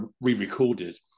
re-recorded